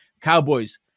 Cowboys